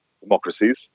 democracies